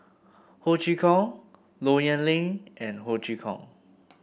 Ho Chee Kong Low Yen Ling and Ho Chee Kong